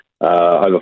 Over